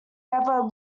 never